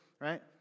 Right